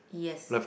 yes